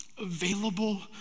Available